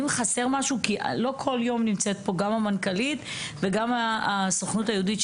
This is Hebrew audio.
כי לא כל יום נמצאת פה גם המנכ"לית וגם הסוכנות היהודית,